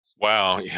Wow